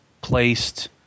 placed